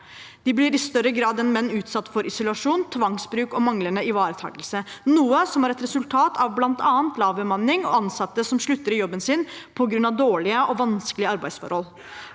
De blir i større grad enn menn utsatt for isolasjon, tvangsbruk og manglende ivaretakelse, noe som er et resultat av bl.a. lav bemanning og ansatte som slutter i jobben sin på grunn av dårlige og vanskelige arbeidsforhold.